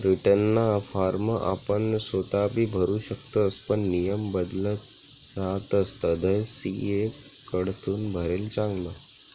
रीटर्नना फॉर्म आपण सोताबी भरु शकतस पण नियम बदलत रहातस तधय सी.ए कडथून भरेल चांगलं